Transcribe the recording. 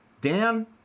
Dan